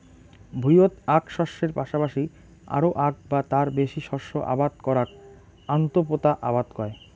ভুঁইয়ত আক শস্যের পাশাপাশি আরো আক বা তার বেশি শস্য আবাদ করাক আন্তঃপোতা আবাদ কয়